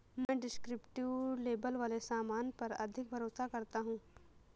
मैं descriptive label वाले सामान पर अधिक भरोसा करता हूं